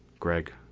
gregg,